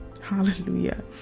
Hallelujah